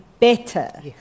better